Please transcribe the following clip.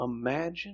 imagine